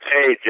Hey